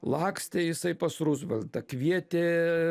lakstė jisai pas ruzveltą kvietė